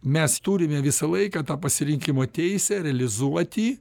mes turime visą laiką tą pasirinkimo teisę realizuoti